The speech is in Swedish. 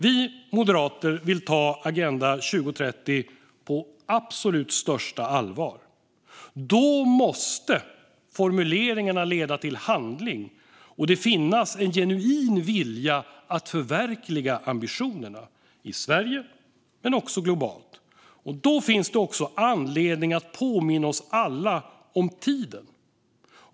Vi moderater vill ta Agenda 2030 på absolut största allvar. Då måste formuleringarna leda till handling, och det måste finnas en genuin vilja att förverkliga ambitionerna både i Sverige och globalt. Därför finns det också anledning att påminna oss alla om tiden.